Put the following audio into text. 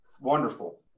wonderful